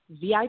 VIP